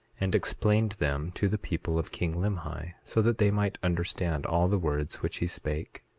and explained them to the people of king limhi, so that they might understand all the words which he spake.